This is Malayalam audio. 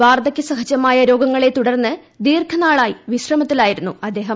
വാർധക്യ സഹജമായ രോഗങ്ങളെ തുടർന്ന് ദീർഘനാളായി വിശ്രമത്തിലായിരുന്നു അദ്ദേഹം